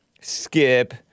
Skip